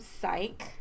Psych